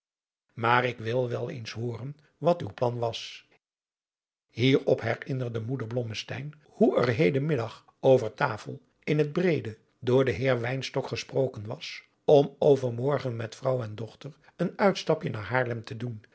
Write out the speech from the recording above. maar ik wil wel eens hooren wat uw plan was hierop herinnerde moeder blommesteyn hoe er heden middag over tafel in het breede door den heer wynstok gesproken was om overmorgen met vrouw en dochter een uitstapje naar haarlem te doen